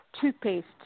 toothpaste